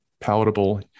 palatable